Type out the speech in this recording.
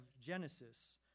Genesis